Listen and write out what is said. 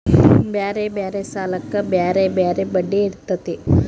ಬ್ಯಾರೆ ಬ್ಯಾರೆ ಸಾಲಕ್ಕ ಬ್ಯಾರೆ ಬ್ಯಾರೆ ಬಡ್ಡಿ ಇರ್ತತೆ